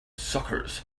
suckers